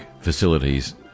facilities